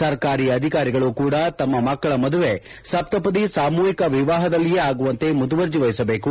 ಸರ್ಕಾರಿ ಅಧಿಕಾರಿಗಳು ಕೂಡ ತಮ್ಮ ಮಕ್ಕಳ ಮದುವೆ ಸಪ್ತಪದಿ ಸಾಮೂಹಿಕ ವಿವಾಹದಲ್ಲಿಯೇ ಆಗುವಂತೆ ಮುತುವರ್ಜಿ ವಹಿಸಿದೇಕು